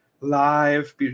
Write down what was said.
Live